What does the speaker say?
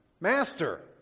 Master